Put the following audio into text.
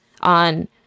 on